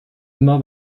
immer